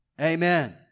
Amen